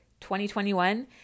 2021